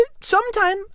sometime